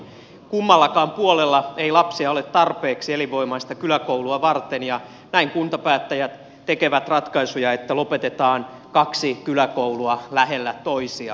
kummallakaan puolella ei lapsia ole tarpeeksi elinvoimaista kyläkoulua varten ja näin kuntapäättäjät tekevät ratkaisuja että lopetetaan kaksi kyläkoulua lähellä toisiaan